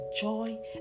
joy